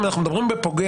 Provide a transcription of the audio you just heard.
אם אנחנו מדברים על פוגע,